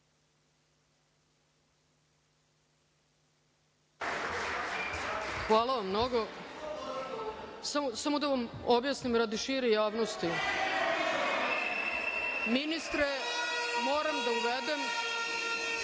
Hvala vam mnogo. Samo da vam objasnim radi šire javnosti. Ministre moram da uvedem